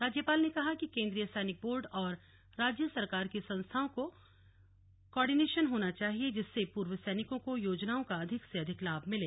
राज्यपाल ने कहा कि केन्द्रीय सैनिक बोर्ड और राज्य सरकार की संस्थाओं में कोऑर्डिनेशन होना चाहिए जिससे पूर्व सैनिकों को योजनाओं का अधिक से अधिक लाभ मिले